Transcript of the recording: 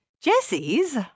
Jessie's